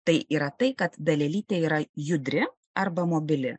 tai yra tai kad dalelytė yra judri arba mobili